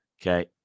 Okay